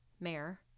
mayor